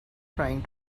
trying